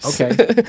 okay